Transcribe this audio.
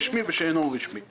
ורשמי ושאינו רשמי .